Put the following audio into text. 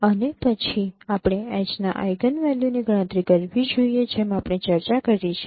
અને પછી આપણે H ના આઇગનવેલ્યુ ની ગણતરી કરવી જોઈએ જેમ આપણે ચર્ચા કરી છે